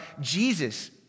Jesus